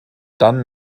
dann